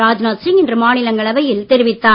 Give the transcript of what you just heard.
ராஜ்நாத் சிங் இன்று மாநிலங்களவையில் தெரிவித்தார்